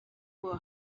were